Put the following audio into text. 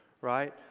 right